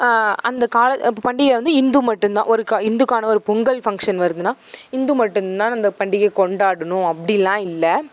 அந்த காலே அந்த பண்டிகை வந்து இந்து மட்டுந்தான் ஒரு க இந்துக்கான ஒரு பொங்கல் ஃபங்க்ஷன் வருதுன்னா இந்து மட்டுந்தான் அந்த பண்டிகை கொண்டாடணும் அப்படிலாம் இல்லை